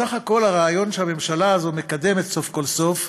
סך הכול הרעיון שהממשלה הזו מקדמת סוף כל סוף,